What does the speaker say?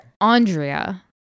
Andrea